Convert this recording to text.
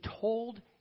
told